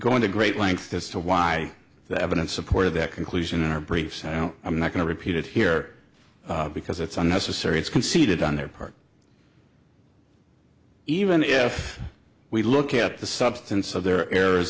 going to great lengths as to why the evidence supported that conclusion in our brief so i'm not going to repeat it here because it's unnecessary it's conceded on their part even if we look at the substance of their errors